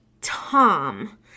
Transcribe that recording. Tom